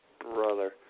brother